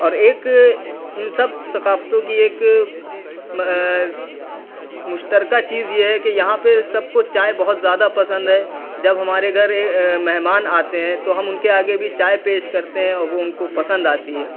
اور ایک ان سب ثقافتوں کی ایک مشترکہ چیز یہ ہے کہ یہاں پہ سب کو چائے بہت زیادہ پسند ہے جب ہمارے گھر مہمان آتے ہیں تو ہم ان کے آگے بھی چائے پیش کرتے ہیں وہ ان کو پسند آتی ہے